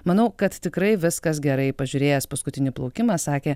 manau kad tikrai viskas gerai pažiūrėjęs paskutinį plaukimą sakė